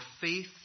faith